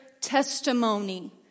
testimony